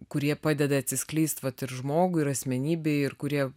kurie padeda atsiskleist vat ir žmogui ir asmenybei ir kurie